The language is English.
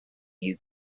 you